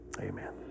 amen